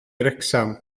wrecsam